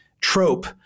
trope